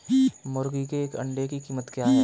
मुर्गी के एक अंडे की कीमत क्या है?